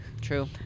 True